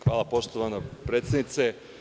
Hvala, poštovani predsednice.